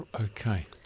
Okay